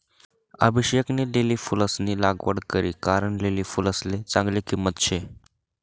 अभिषेकनी लिली फुलंसनी लागवड करी कारण लिली फुलसले चांगली किंमत शे